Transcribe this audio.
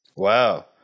Wow